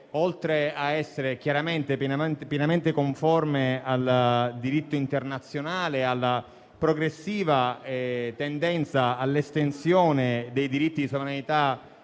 oltre a essere pienamente conforme al diritto internazionale e alla progressiva tendenza all'estensione dei diritti di sovranità